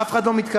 אף אחד לא מתקרב.